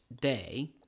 day